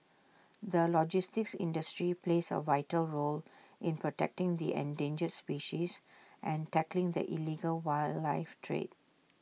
the logistics industry plays A vital role in protecting the endangered species and tackling the illegal wildlife trade